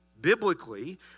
biblically